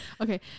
Okay